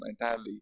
entirely